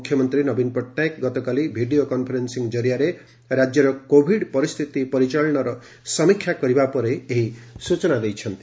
ମୁଖ୍ୟମନ୍ତୀ ନବୀନ ପଟ୍ଟନାୟକ ଗତକାଲି ଭିଡ଼ିଓ କନ୍ଫରେନ୍ପିଂ କରିଆରେ ରାଜ୍ୟର କୋଭିଡ୍ ପରିସ୍ଥିତି ପରିଚାଳନାର ସମୀକ୍ଷା କରିବା ପରେ ଏହି ସୂଚନା ପ୍ରଦାନ କରିଛନ୍ତି